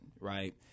right